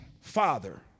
Father